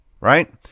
right